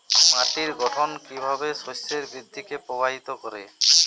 মাটির গঠন কীভাবে শস্যের বৃদ্ধিকে প্রভাবিত করে?